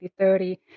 2030